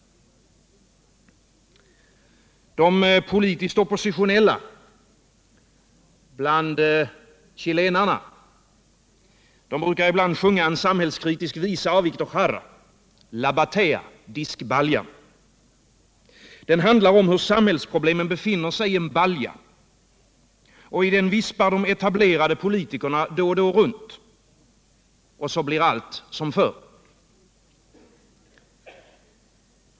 De politiskt oppositionella bland chilenarna brukar ibland sjunga en samhällskritisk visa av Victor Jara, La batea—diskbaljan. Den handlar om hur samhällsproblemen befinner sig i en balja. I den vispar de etablerade politikerna då och då runt. Och sedan blir allt som förr.